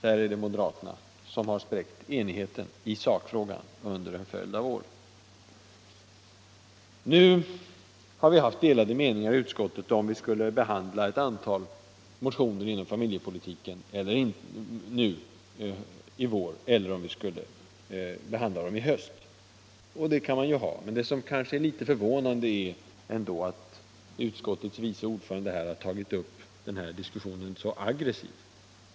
Där är det moderaterna som har spräckt oppositionens enighet i sakfrågan, under en följd av år. Vi har haft delade meningar i utskottet om huruvida vi skulle behandla ett antal andra motioner inom familjepolitiken nu i vår eller om vi skulle göra det i höst. Man kan ha olika uppfattning om det, men det är litet förvånande att utskottets vice ordförande har tagit upp den här diskussionen så aggressivt.